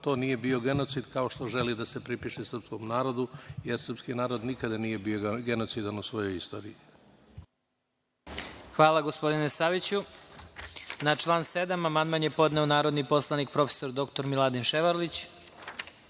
to nije bio genocid, kao što želi da se pripiše srpskom narodu, jer srpski narod nikada nije bio genocidan u svojoj istoriji. **Vladimir Marinković** Hvala. Na član 7. amandman je podneo narodni poslanik prof. dr Miladin Ševarlić. Na